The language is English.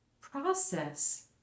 process